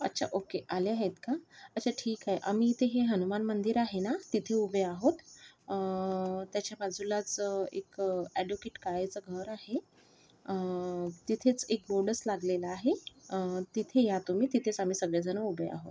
अच्छा ओके आले आहेत का अच्छा ठीक आहे आम्ही इथे हे हनुमान मंदिर आहे ना तिथे उभे आहोत त्याच्या बाजूलाच एक ॲडव्होकेट काळेचं घर आहे तिथेच एक बोंडस लागलेला आहे तिथे या तुम्ही तिथेच आम्ही सगळेजण उभे आहोत